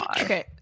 Okay